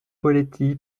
poletti